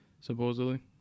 supposedly